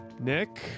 Nick